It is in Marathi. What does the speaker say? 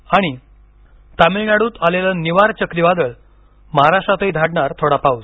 आणि तमिळनाडूत आलेलं निवर चक्रीवादळ महाराष्ट्रातही धाडणार थोडा पाऊस